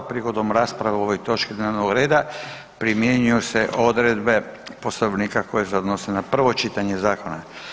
Prigodom rasprave o ovoj točki dnevnog reda primjenjuju se odredbe Poslovnika koje se odnose na prvo čitanje zakona.